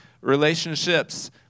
relationships